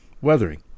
Weathering